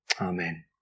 Amen